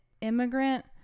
immigrant